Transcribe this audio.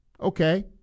okay